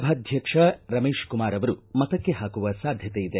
ಸಭಾಧ್ಯಕ್ಷ ರಮೇಶಕುಮಾರ್ ಅವರು ಮತಕ್ಕೆ ಹಾಕುವ ಸಾಧ್ಯತೆ ಇದೆ